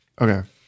Okay